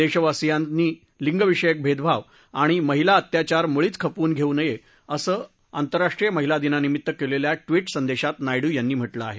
देशवासियांनी लिंगविषयक भेदभाव आणि महिला अत्याचार मूळीच खपवून घेऊ नये असं आंतरराष्ट्रीय महिला दिनानिमित्त केलेल्या ट्विट संदेशात नायडू यांनी म्हटलं आहे